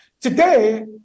Today